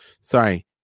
sorry